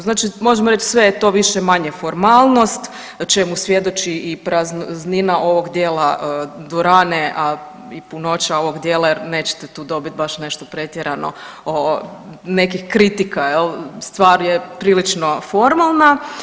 Znači možemo reći, sve je to više-manje formalnost, čemu svjedoči i praznina ovog dijela dvorane, a i punoća ovog dijela jer nećete tu dobiti baš nešto pretjerano nekih kritika, je li, stvar je prilično formalna.